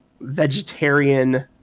vegetarian